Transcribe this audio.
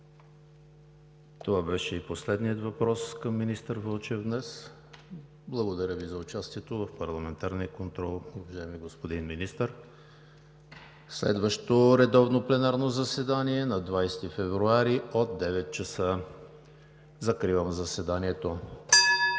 Това беше и последният въпрос към министър Вълчев днес. Благодаря Ви за участието в парламентарния контрол, уважаеми господин Министър. Следващото редовно пленарно заседание е на 20 февруари 2019 г., сряда, от 9,00 ч. Закривам заседанието.